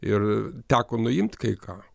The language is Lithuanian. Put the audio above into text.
ir teko nuimt kai ką